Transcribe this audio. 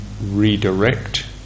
redirect